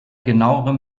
genauerem